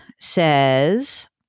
says